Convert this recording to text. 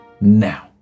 now